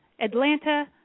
Atlanta